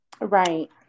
Right